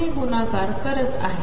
ने गुणाकार करत आहे